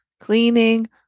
cleaning